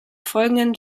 folgenden